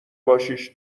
باشیش